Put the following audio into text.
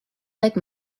like